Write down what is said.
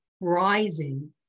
rising